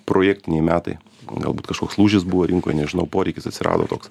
projektiniai metai galbūt kažkoks lūžis buvo rinkoj nežinau poreikis atsirado toks